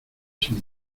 sin